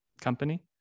company